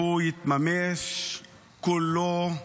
שהוא יתממש כולו,